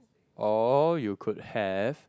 or you could have